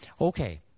Okay